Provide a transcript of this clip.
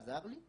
עזר לי להתקדם,